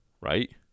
Right